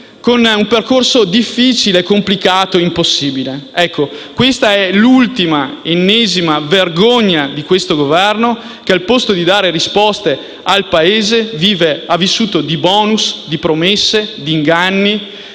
con un percorso difficile, complicato, impossibile. Questa è l'ultima - ennesima - vergogna di questo Governo, che invece di dare risposte al Paese ha vissuto di *bonus*, di promesse, di inganni,